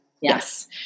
Yes